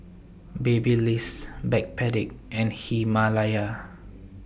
Babyliss Backpedic and Himalaya